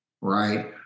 right